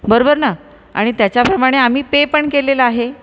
बरोबर ना आणि त्याच्याप्रमाणे आम्ही पे पण केलेलं आहे